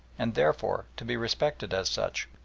and therefore to be respected as such.